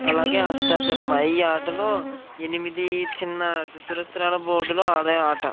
అలాగే అష్టా చమ్మా ఈ ఆటలో ఎనిమిది చిన్న చతురస్త్రాల బోర్డులో ఆడే ఆట